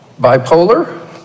Bipolar